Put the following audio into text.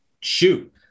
shoot